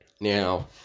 Now